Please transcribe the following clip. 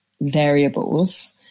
variables